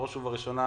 בראש ובראשונה